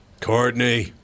Courtney